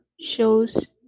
shows